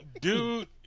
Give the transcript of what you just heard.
Dude